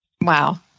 Wow